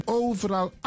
overal